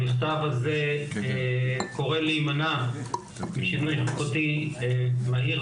המכתב הזה קורא להימנע משינוי חוקתי מהיר,